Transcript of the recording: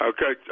Okay